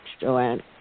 Joanne